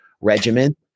regiment